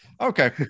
okay